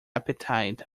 appetite